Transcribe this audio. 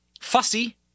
fussy